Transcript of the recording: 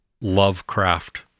Lovecraft